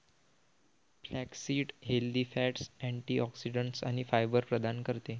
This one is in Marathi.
फ्लॅक्ससीड हेल्दी फॅट्स, अँटिऑक्सिडंट्स आणि फायबर प्रदान करते